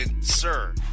sir